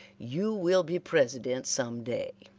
you will be president some day